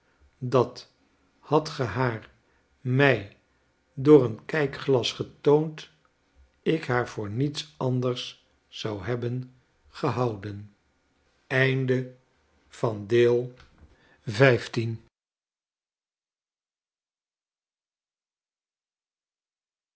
dat had ge haar mil door een kijkglas getoond ik haar voor niets anders zou hebben gehouden